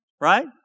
right